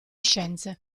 scienze